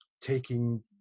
taking